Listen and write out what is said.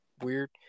weird